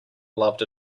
loved